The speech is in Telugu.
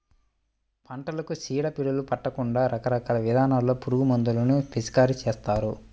పంటలకు చీడ పీడలు పట్టకుండా రకరకాల విధానాల్లో పురుగుమందులను పిచికారీ చేస్తారు